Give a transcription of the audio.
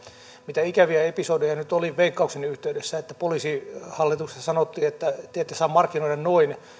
kun ikäviä episodeja nyt oli veikkauksen yhteydessä että poliisihallituksesta sanottiin että te ette saa markkinoida noin ja